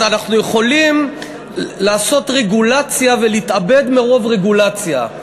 אז אנחנו יכולים לעשות רגולציה ולהתאבד מרוב רגולציה.